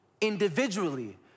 individually